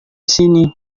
sini